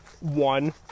one